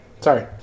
sorry